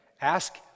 Ask